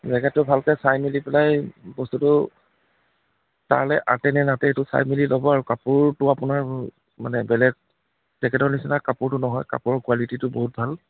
জেকেটটো ভালকৈ চাই মেলি পেলাই বস্তুটো তালৈ আঁতে নে নাতে সেইটো চাই মেলি ল'ব আৰু কাপোৰটো আপোনাৰ মানে বেলেগ জেকেটৰ নিচিনা কাপোৰটো নহয় কাপোৰৰ কুৱালিটীটো বহুত ভাল